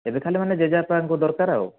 ଏବେ ଖାଲି ମାନେ ଜେଜେବାପାଙ୍କୁ ଦରକାର ଆଉ